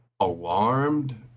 alarmed